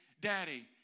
daddy